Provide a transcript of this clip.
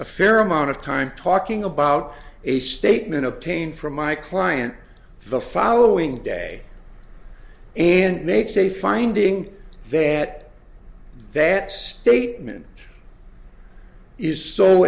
a fair amount of time talking about a statement obtained from my client the following day and makes a finding that that statement is s